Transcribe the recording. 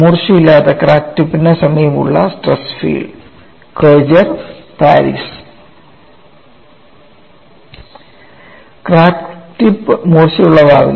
മൂർച്ചയില്ലാത്ത crack ടിപ്പിന് സമീപമുള്ള stress field ക്രെജർ പാരീസ് ക്രാക്ക് ടിപ്പ് മൂർച്ചയുള്ളതാവില്ല